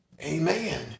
Amen